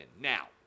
Now